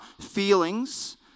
feelings